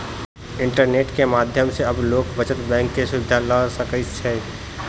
internet के माध्यम सॅ आब लोक बचत बैंक के सुविधा ल सकै छै